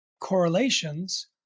correlations